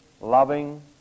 Loving